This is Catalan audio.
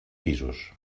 pisos